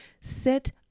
set